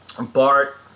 Bart